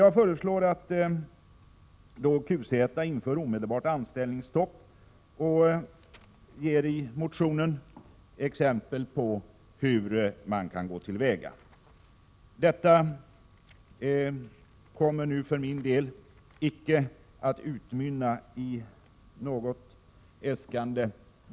Jag föreslår att QZ inför omedelbart anställningsstopp, och jag ger i motionen exempel på hur man kan gå till väga. Detta förslag kommer nu för min del icke att utmynna i något äskande.